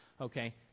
Okay